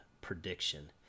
prediction